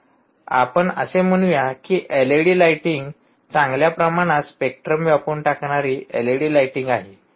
आपण असे म्हणूया की एलईडी लाइटिंग चांगल्या प्रमाणात स्पेक्ट्रम व्यापून टाकणारी एलईडी लाइटिंग आहे